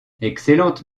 excellente